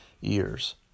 years